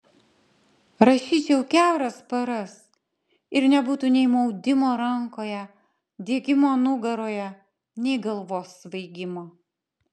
rašyčiau kiauras paras ir nebūtų nei maudimo rankoje diegimo nugaroje nei galvos svaigimo